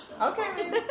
Okay